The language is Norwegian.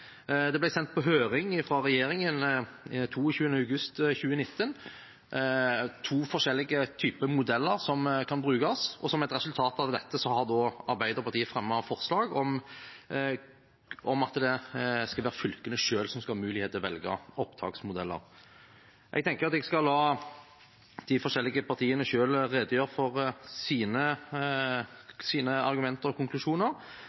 modeller ble sendt på høring fra regjeringen den 22. august 2019, og som et resultat av dette har Arbeiderpartiet fremmet forslag om at det skal være fylkene selv som skal ha mulighet til å velge opptaksmodeller. Jeg tenker at jeg skal la de forskjellige partiene selv redegjøre for sine argumenter og konklusjoner,